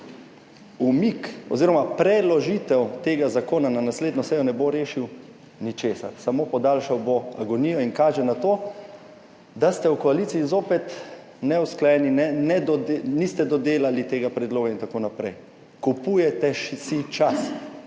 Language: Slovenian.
Umik oziroma preložitev tega zakona na naslednjo sejo ne bo rešila ničesar, samo podaljšala bo agonijo in kaže na to, da ste v koaliciji spet neusklajeni, niste dodelali tega predloga in tako naprej. Kupujete si čas.